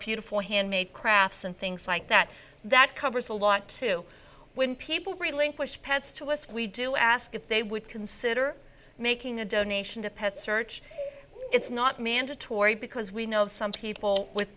beautiful handmade crafts and things like that that covers a lot to when people relinquish pets to us we do ask if they would consider making a donation to pet search it's not mandatory because we know some people with